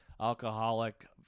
alcoholic